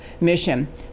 mission